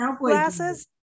glasses